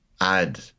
add